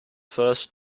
first